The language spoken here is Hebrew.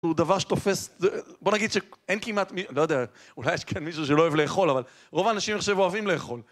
הוא דבר שתופס... בוא נגיד שאין כמעט מי... לא יודע, אולי יש כאן מישהו שלא אוהב לאכול, אבל רוב האנשים, אני חושב, אוהבים לאכול.